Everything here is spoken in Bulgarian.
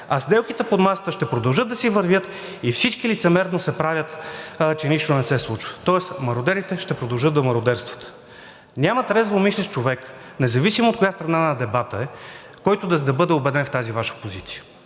А сделките под масата ще продължат да си вървят и всички лицемерно се правят, че нищо не се случва. Тоест мародерите ще продължат да мародерстват. Няма трезвомислещ човек, независимо от коя страна на дебата е, който да бъде убеден в тази Ваша позиция.